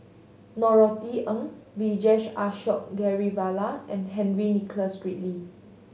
Norothy Ng Vijesh Ashok Ghariwala and Henry Nicholas Ridley